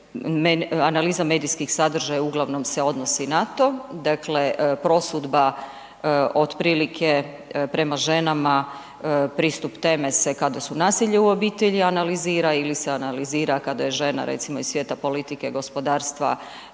analiza medijskih sadržava uglavnom se odnosi na to, dakle prosudba otprilike prema ženama pristup teme se kada se nasilje u obitelji analizira ili se analizira kada je žena recimo iz svijeta politike, gospodarstva